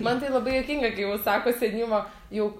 man tai labai juokinga kai va sako senyvo jau